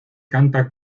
canta